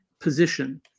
position